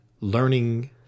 learning